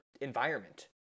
environment